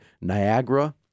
Niagara